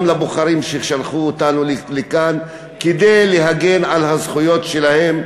לבוחרים ששלחו אותנו לכאן כדי להגן על הזכויות שלהם,